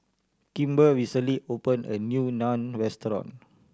Kimber recently open a new Naan Restaurant